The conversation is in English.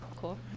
Cool